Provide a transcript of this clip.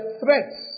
threats